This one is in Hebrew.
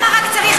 למה צריך את החוק?